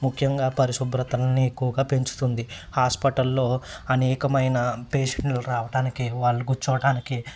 ముఖ్యంగా పరిశుభ్రతలని ఎక్కువగా పెంచుతుంది హాస్పిటల్లో అనేకమైన పేషంట్లు రావటనకి వాళ్ళు కూర్చోటానికి